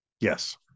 Yes